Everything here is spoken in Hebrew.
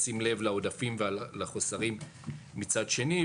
לשים לב לעודפים ולחוסרים מצד שני,